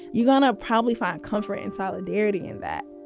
you're gonna probably find comfort and solidarity in that